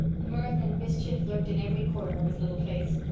mirth and mischief lurked in every corner of his little face.